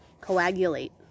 coagulate